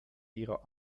ihrer